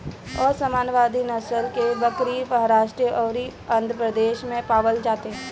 ओस्मानावादी नसल के बकरी महाराष्ट्र अउरी आंध्रप्रदेश में पावल जाले